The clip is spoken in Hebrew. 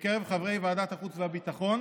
מקרב חברי ועדת החוץ והביטחון,